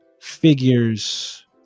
Figures